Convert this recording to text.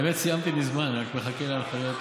האמת, סיימתי מזמן, אני רק מחכה להנחיות.